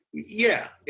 yeah.